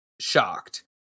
shocked